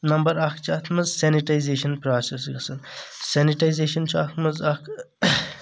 number اکھ چھ اَتھ منٛز سینٹایزیشن پراسیٚس یۄس زن سینٹایزیشن چھ اَتھ منٛز اکھ